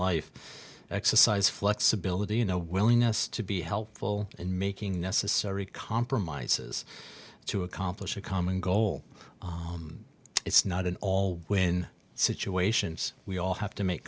life exercise flexibility you know willingness to be helpful in making necessary compromises to accomplish a common goal it's not an all win situations we all have to make